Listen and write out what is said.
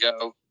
go